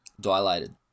dilated